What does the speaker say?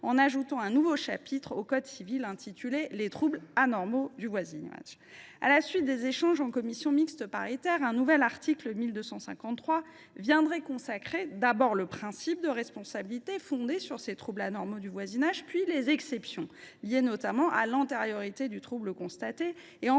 en ajoutant un nouveau chapitre au code civil intitulé : Les troubles anormaux du voisinage.